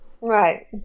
Right